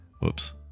Whoops